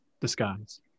disguise